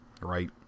right